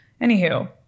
anywho